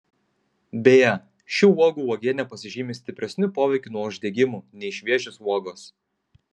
beje šių uogų uogienė pasižymi stipresniu poveikiu nuo uždegimų nei šviežios uogos